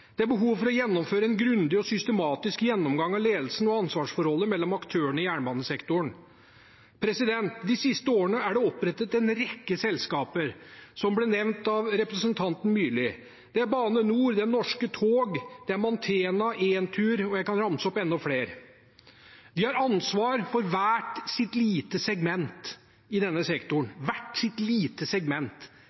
Det er behov for å gjennomføre en grundig og systematisk gjennomgang av ledelsen og ansvarsforholdet mellom aktørene i jernbanesektoren. De siste årene er det opprettet en rekke selskaper, som nevnt av representanten Myrli. Det er Bane NOR, det er Norske tog, det er Mantena, Entur og jeg kunne ramset opp enda flere. De har ansvar for hvert sitt lite segment i denne sektoren – hvert sitt lite segment.